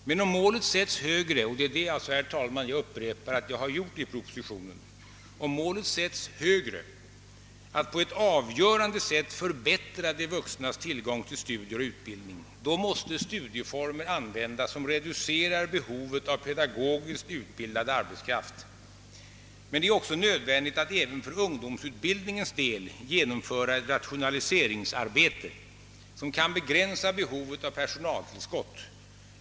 Men om målet sätts högre, vilket jag gjort i propositionen, så att man på ett avgörande sätt vill förbättra de vuxnas tillgång till studier och utbildning, måste studieformer användas som reducerar behovet av pedagogiskt utbildad arbetskraft. Men det är också nödvändigt att även för ungdomsutbildningens del genomföra ett rationaliseringsarbete som kan begränsa behovet av personaltillskott.